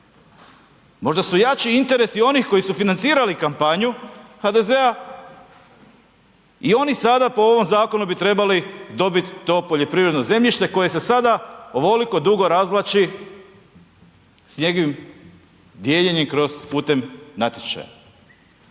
Možda su jači interesi onih koji su financirali kampanju HDZ-a i oni sada po ovom zakonu bi trebali dobiti to poljoprivredno zemljište koje se sada ovoliko dugo razvlači s njegovim dijeljenjem kroz, putem natječaja.